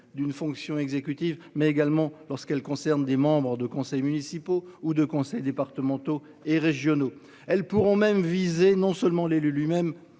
d'une fonction exécutive, mais également lorsqu'elles concernent des membres de conseils municipaux ou de conseils départementaux et régionaux, elles pourront même visées non seulement l'élu lui-même,